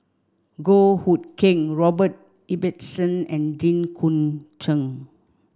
Goh Hood Keng Robert Ibbetson and Jit Koon Ch'ng